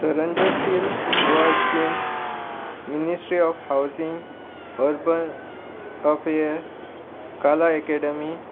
सर्जनशील Goa scheme ministry of housing urban affair कला academy